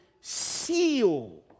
seal